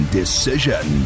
decision